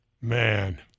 Man